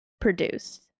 produced